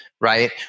right